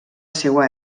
seua